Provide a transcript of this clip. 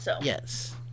yes